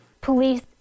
Police